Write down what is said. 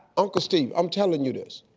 uncle steve i'm telling you this,